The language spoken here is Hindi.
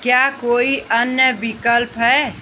क्या कोई अन्य विकल्प है